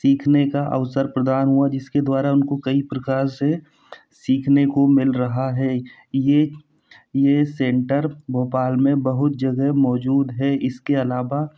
सीखने का अवसर प्रदान हुआ जिसके द्वारा उनको कई प्रकार से सीखने को मिल रहा है ये ये सेंटर भोपाल में बहुत जगह मौजूद है इसके अलावा